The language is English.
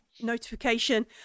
notification